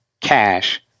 cash